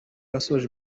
yasoje